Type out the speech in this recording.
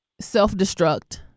self-destruct